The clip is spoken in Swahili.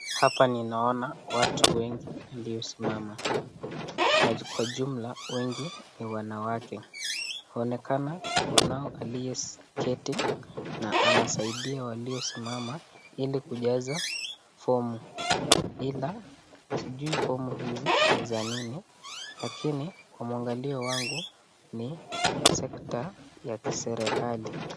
Hapa ninaona watu wengi waliosimama na kwa jumla ,wengi ni wanawake kunaonekana kunao aliyeketi na anasaidia waliosimama ili kujaza fomu ila sijui fomu hizi ni za nini lakini kwa mwangalio wangu ni sekta ya serikali.